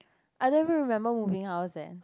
I don't even remember moving house leh